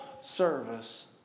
service